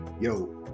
Yo